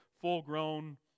full-grown